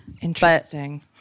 Interesting